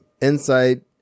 Insight